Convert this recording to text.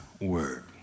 word